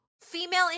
female